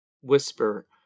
whisper